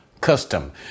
custom